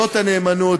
זאת הנאמנות.